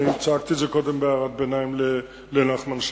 אני צעקתי את זה קודם בהערת ביניים לנחמן שי.